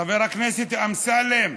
חבר הכנסת אמסלם,